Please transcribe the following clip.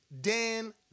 Dan